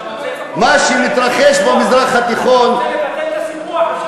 מה שמתרחש במזרח התיכון, אתה רוצה לבטל את הסיפוח?